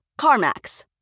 CarMax